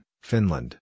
Finland